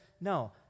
no